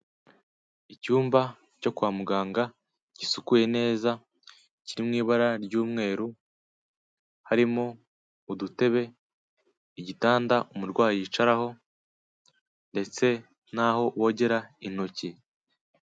Icyumba cyo kwa muganga gisukuye neza kiri mu ibara ry'umweru, harimo: udutebe, igitanda umurwayi yicaraho, ndetse n'aho bogera intoki.